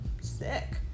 sick